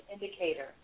indicator